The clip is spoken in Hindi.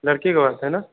लड़के की बरात है ना